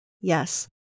Yes